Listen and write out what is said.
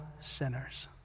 sinners